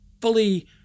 fully